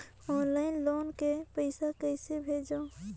Online loan के पईसा कइसे भेजों?